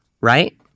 right